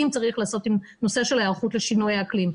צריך לעשות עם נושא של ההיערכות לשינויי אקלים.